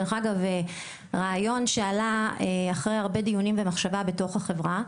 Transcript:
דרך אגב רעיון שעלה אחרי הרבה דיונים ומחשבה בתוך החברה,